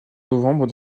novembre